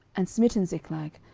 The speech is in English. and smitten ziklag,